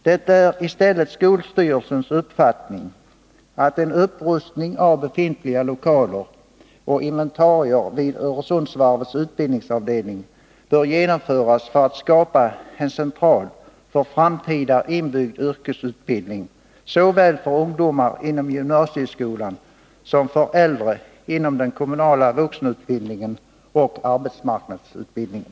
Det är i stället skolstyrelsens uppfattning att en upprustning av befintliga lokaler och inventarier vid Öresundsvarvets utbildningsavdelning bör genomföras för att skapa en central för framtida inbyggd yrkesutbildning såväl för ungdomar inom gymnasieskolan som för äldre inom den kommunala vuxenutbildningen och arbetsmarknadsutbildningen.